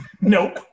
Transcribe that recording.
Nope